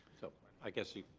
so i guess you.